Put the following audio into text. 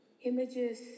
images